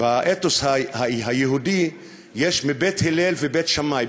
באתוס היהודי יש בית הלל ובית שמאי,